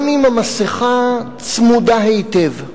גם אם המסכה צמודה היטב.